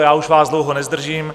Já už vás dlouho nezdržím.